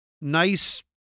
nice